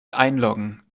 einloggen